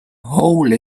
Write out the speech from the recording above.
whole